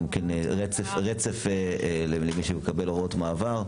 רצף למי שמקבל הוראות מעבר,